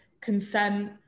consent